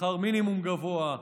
בשכר מינימום גבוה,